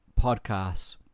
podcasts